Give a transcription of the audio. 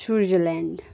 Switzerland